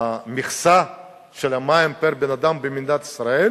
המכסה של המים פר בן-אדם במדינת ישראל